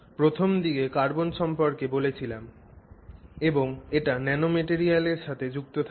প্রথম দিকে কার্বন সম্পর্কে বলেছিলাম এবং এটা ন্যানোম্যাটেরিয়ালের সাথে যুক্ত থাকে